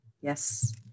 Yes